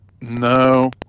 No